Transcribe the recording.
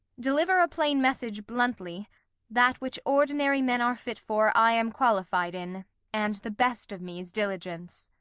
deliver a plain message bluntly that which ordinary men are fit for, i am quahfied in and the best of me is diligence.